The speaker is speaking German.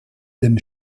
dem